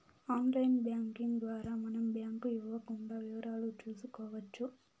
online banking ద్వారా మనం bank ఇవ్వకుండా వివరాలు చూసుకోవచ్చు